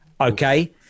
Okay